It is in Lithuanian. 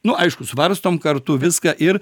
nu aišku svarstom kartu viską ir